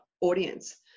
audience